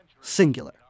singular